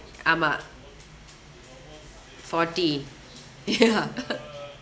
I'm a forty ya